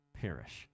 Perish